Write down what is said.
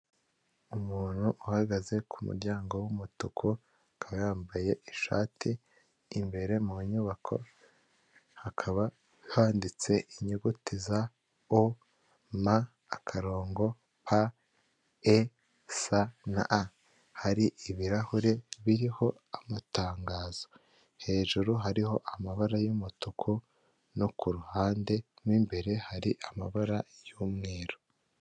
Umuntu uhagaze ku muryango w'umutuku akaba yambaye ishati, imbere mu nyubako hakaba handitse inyuguti za o, ma akarongo p, e, sa na a, hari ibirahure biriho amatangazo hejuru hariho amabara y'umutuku no ku ruhande mo imbere hari amabara y'umweru.